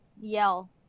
yell